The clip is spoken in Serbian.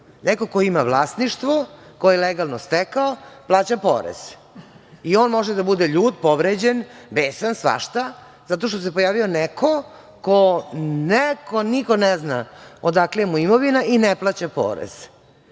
neko ko ima vlasništvo, koji je legalno stekao plaća porez i on može da bude ljut, povređen, besan, svašta, zato što se pojavio neko ko, niko ne zna odakle mu je imovina i ne plaća porez. Znači,